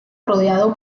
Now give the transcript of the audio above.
rodeado